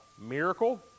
miracle